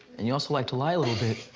and you also like to lie a little bit,